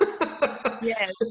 Yes